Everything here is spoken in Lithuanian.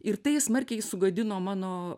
ir tai smarkiai sugadino mano